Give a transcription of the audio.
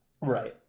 Right